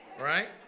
right